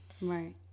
Right